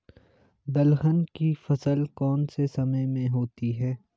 दलहन की फसल कौन से समय में होती है?